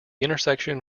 intersection